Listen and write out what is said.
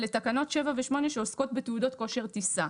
אלה תקנות 7 ו-8 שעוסקות בתעודות כושר טיסה.